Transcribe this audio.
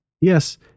yes